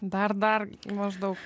dar dar maždaug